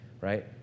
Right